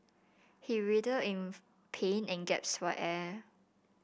he writhed in pain and gasped for air